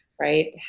right